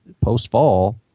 post-fall